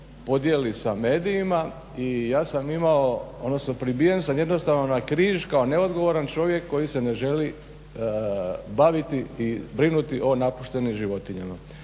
podijeli sa medijima i ja sam imao, odnosno pribijen sam jednostavno na križ kao neodgovoran čovjek koji se ne želi baviti i brinuti o napuštenim životinjama.